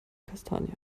kastanie